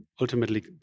ultimately